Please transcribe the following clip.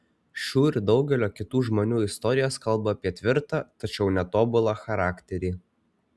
šių ir daugelio kitų žmonių istorijos kalba apie tvirtą tačiau netobulą charakterį